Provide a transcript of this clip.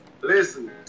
listen